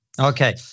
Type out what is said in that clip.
Okay